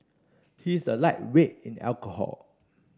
he is a lightweight in the alcohol